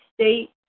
state